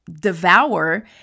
devour